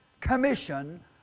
commission